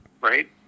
right